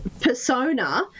persona